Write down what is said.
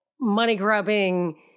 money-grubbing